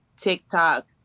TikTok